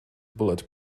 bullet